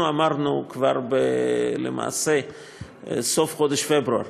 אנחנו אמרנו למעשה כבר בסוף חודש פברואר